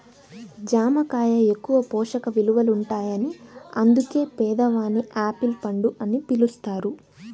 జామ కాయ ఎక్కువ పోషక విలువలుంటాయని అందుకే పేదవాని యాపిల్ పండు అని పిలుస్తారు